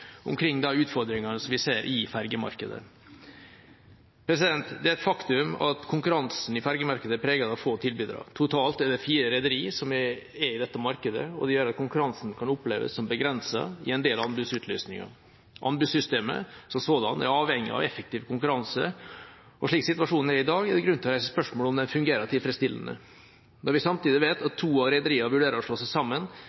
omkring de utfordringene vi ser i fergemarkedet. Det er et faktum at konkurransen i fergemarkedet er preget av få tilbydere. Totalt er det fire rederier som er i dette markedet, og det gjør at konkurransen kan oppleves som begrenset i en del anbudsutlysninger. Anbudssystemet som sådant er avhengig av effektiv konkurranse, og slik situasjonen er i dag, er det grunn til å reise spørsmål om det fungerer tilfredsstillende. Når vi samtidig vet at